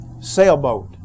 sailboat